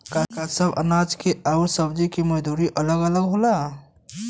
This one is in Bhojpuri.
का सबे अनाज के अउर सब्ज़ी के मजदूरी अलग अलग होला?